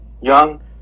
Young